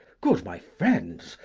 good my friends,